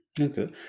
Okay